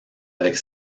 avec